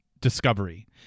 discovery